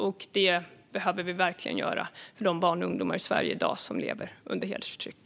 Det behöver vi verkligen göra för de barn och ungdomar i Sverige som i dag lever under hedersförtryck.